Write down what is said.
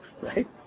right